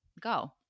go